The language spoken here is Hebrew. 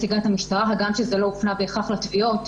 הגם שזה לא הופנה בהכרח לתביעות.